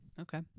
Okay